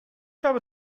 habe